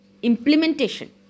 Implementation